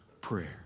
prayer